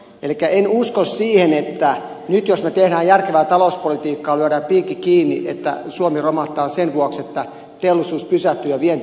elikkä en usko siihen että nyt jos me teemme järkevää talouspolitiikkaa lyömme piikin kiinni niin suomi romahtaa sen vuoksi että teollisuus pysähtyy ja vienti loppuu